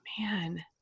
man